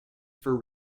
for